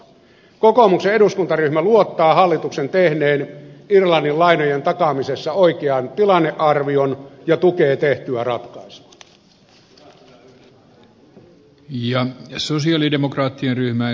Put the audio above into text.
kokoomuksen eduskuntaryhmä luottaa hallituksen tehneen irlannin lainojen takaamisessa oikean tilannearvion ja tukee tehtyä ratkaisua